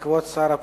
כבוד שר הפנים,